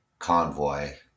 Convoy